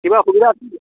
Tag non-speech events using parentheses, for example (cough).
কিবা অসুবিধা (unintelligible)